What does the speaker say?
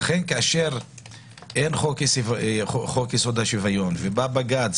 לכן כאשר אין חוק-יסוד: השוויון ובג"צ